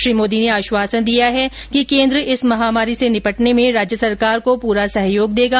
श्री मोदी ने आश्वासन दिया है कि केन्द्र इस महामारी से निपटने में राज्य सरकार को पूरा सहयोग देगा